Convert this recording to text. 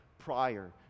prior